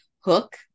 hook